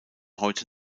heute